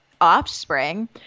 offspring